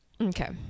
Okay